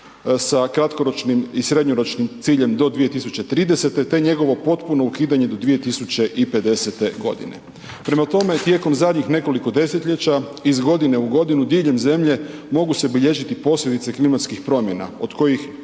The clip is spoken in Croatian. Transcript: sa kratkoročnim i srednjoročnim ciljem do 2030., te njegovo potpuno ukidanje do 2050.g. Prema tome, tijekom zadnjih nekoliko desetljeća, iz godine u godinu diljem zemlje mogu se bilježiti posljedice klimatskih promjena, od kojih